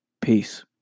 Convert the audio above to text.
Peace